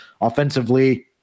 offensively